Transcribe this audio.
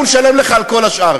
אנחנו נשלם לך על כל השאר.